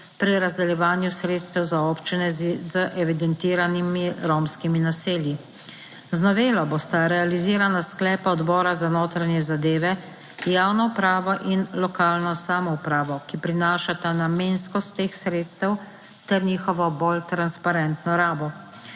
pri razdeljevanju sredstev za občine z evidentiranimi romskimi naselji. Z novelo bosta realizirana sklepa Odbora za notranje zadeve, javno upravo in lokalno samoupravo, ki prinašata namenskost teh sredstev ter njihovo bolj transparentno rabo.